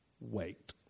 wait